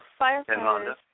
firefighters